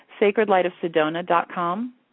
Sacredlightofsedona.com